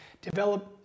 develop